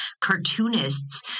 cartoonists